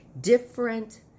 different